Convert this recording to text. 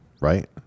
right